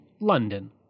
London